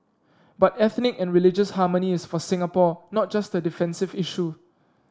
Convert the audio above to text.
but ethnic and religious harmony is for Singapore not just a defensive issue